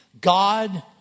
God